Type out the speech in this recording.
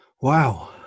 wow